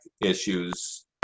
issues